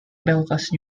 belfast